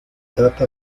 trata